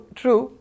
true